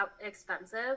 expensive